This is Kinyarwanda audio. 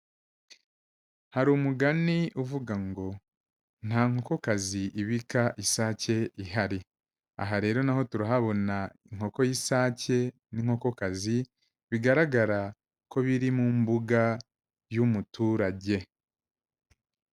Hari umugani, uvuga ngo nta nkokokazi ibika isake ihari, aha rero naho turahabona inkoko y'isake n'inkokokazi, bigaragara ko biri mu mbuga y'umuturage.